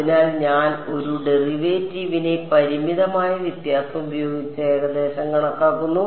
അതിനാൽ ഞാൻ ഒരു ഡെറിവേറ്റീവിനെ പരിമിതമായ വ്യത്യാസം ഉപയോഗിച്ച് ഏകദേശം കണക്കാക്കുന്നു